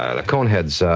ah the coneheads.